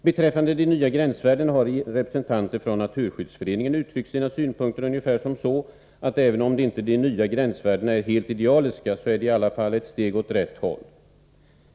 Beträffande de nya gränsvärdena har representanter för Naturskyddsföreningen uttryckt synpunkter som ungefär innebär att även om de nya gränsvärdena inte är helt idealiska, så är de i alla fall ett steg åt rätt håll.